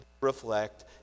reflect